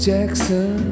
Jackson